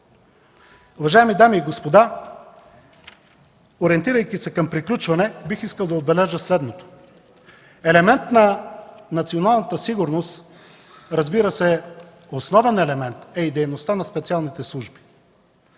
Уважаеми дами и господа, ориентирайки се към приключване, бих искал да отбележа следното. Основен елемент на националната сигурност, разбира се, е и дейността на специалните служби.